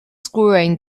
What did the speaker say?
screwing